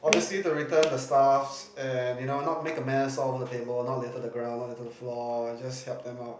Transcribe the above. obviously to return the stuffs and you know not make a mess all over the table not litter the ground not litter the floor just help them out